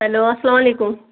hello اَسلام علیکُم